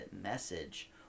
message